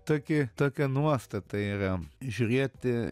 tokį tokia nuostata yra žiūrėti